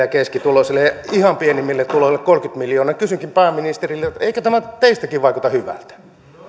ja keskituloisille ihan pienimmille tuloille kolmekymmentä miljoonaa kysynkin pääministeriltä eikö tämä teistäkin vaikuta hyvältä